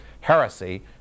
heresy